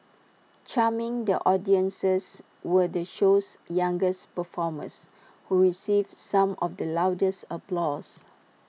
charming the audiences were the show's youngest performers who received some of the loudest applause